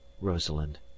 rosalind